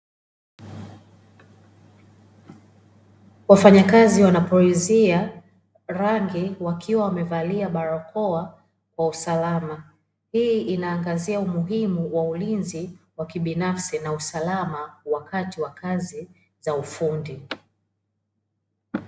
Wafanyakazi wanapulizia rangi wakiwa wamevalia barakoa kwa usalama, hii inaangazia umuhimu wa ulinzi wakibinafsi na usalama wakati wa kazi za ufundi.